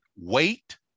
wait